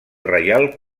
reial